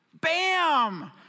bam